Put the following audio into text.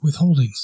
withholdings